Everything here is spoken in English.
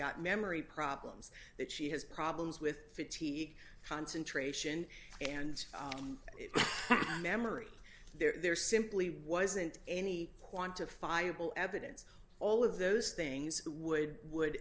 got memory problems that she has problems with fatigue concentration and memory there simply wasn't any quantifiable evidence all of those things would would